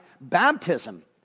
baptism